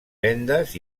vendes